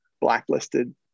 blacklisted